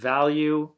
Value